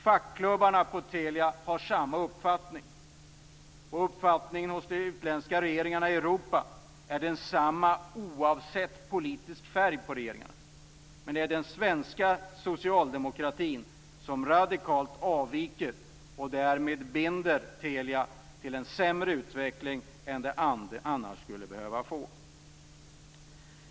Fackklubbarna på Telia har samma uppfattning. Uppfattningen hos regeringarna i Europa är densamma - oavsett politisk färg på regeringarna. Det är den svenska socialdemokratin som radikalt avviker och därmed binder Telia till en sämre utveckling än det annars skulle behöva få.